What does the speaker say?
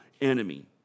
enemy